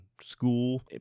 school